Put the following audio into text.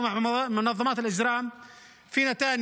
(אומר בערבית: ושנית,